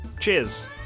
Cheers